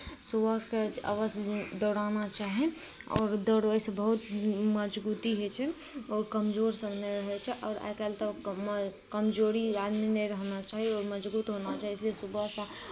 सुबहके अवश्य दौड़ाना चाही आओर दौड़बैसँ बहुत मजबूती होइ छै ओ कमजोरसभ नहि रहै छै आओर आइ काल्हि तऽ कमर कमजोरी आदमी नहि रहना चाही आओर मजबूत होना चाही इसलिए सुबह शाम